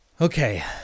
Okay